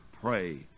pray